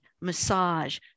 massage